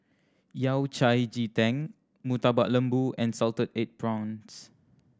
Yao Cai ji tang Murtabak Lembu and salted egg prawns